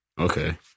Okay